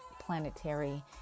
planetary